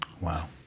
Wow